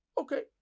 Okay